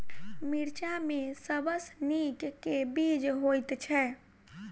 मिर्चा मे सबसँ नीक केँ बीज होइत छै?